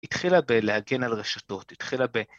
התחילה בלהגן על רשתות, התחילה ב...